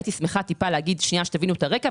הייתי שמחה לספר על הרקע,